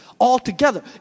altogether